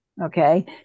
Okay